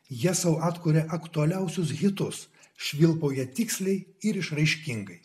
jie sau atkuria aktualiausius hitus švilpauja tiksliai ir išraiškingai